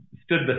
stood